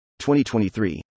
2023